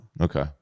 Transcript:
Okay